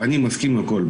אני מסכים עם הכל.